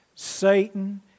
Satan